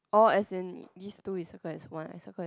oh as in this two is circle as one I circle as